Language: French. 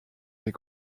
des